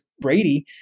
Brady